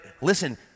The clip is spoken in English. listen